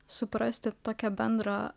suprasti tokią bendrą